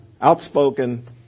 outspoken